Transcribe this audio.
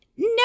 No